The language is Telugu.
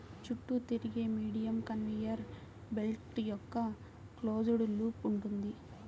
చుట్టూ తిరిగే మీడియం కన్వేయర్ బెల్ట్ యొక్క క్లోజ్డ్ లూప్ ఉంటుంది